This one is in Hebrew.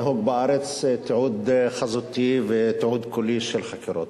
נהוג בארץ תיעוד חזותי ותיעוד קולי של חקירות,